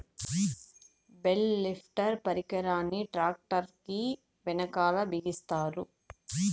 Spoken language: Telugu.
బేల్ లిఫ్టర్ పరికరాన్ని ట్రాక్టర్ కీ వెనకాల బిగిస్తారు